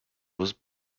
was